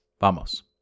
Vamos